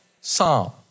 psalm